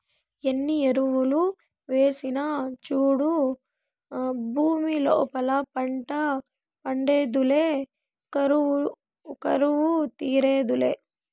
ఎన్ని ఎరువులు వేసినా చౌడు భూమి లోపల పంట పండేదులే కరువు తీరేదులే